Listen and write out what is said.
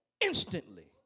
instantly